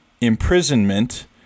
imprisonment